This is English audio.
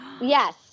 yes